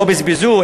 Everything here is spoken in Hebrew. לא בזבזו,